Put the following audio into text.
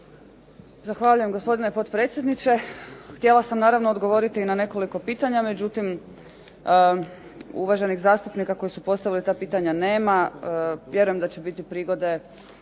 Zahvaljujem gospodine potpredsjedniče. Htjela sam naravno odgovoriti na nekoliko pitanja, međutim, uvaženih zastupnika koji su postavili ta pitanja nema, a vjerujem da će biti prigode